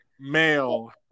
male